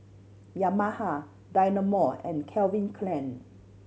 Yamaha Dynamo and Calvin Klein